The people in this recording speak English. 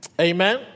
Amen